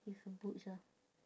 with her boots ah